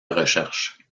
recherche